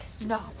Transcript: No